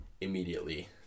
immediately